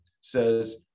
says